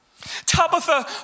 Tabitha